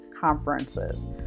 Conferences